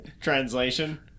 translation